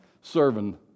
serving